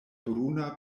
bruna